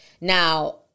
Now